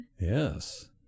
Yes